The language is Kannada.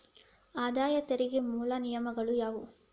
ಆದಾಯ ತೆರಿಗೆಯ ಮೂಲ ನಿಯಮಗಳ ಯಾವು